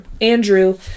Andrew